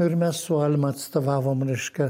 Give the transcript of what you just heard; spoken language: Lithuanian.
ir mes su alma atstovavom reiškia